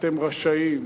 אתם רשאים,